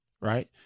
Right